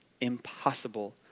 impossible